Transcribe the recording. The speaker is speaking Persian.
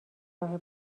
راه